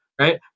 Right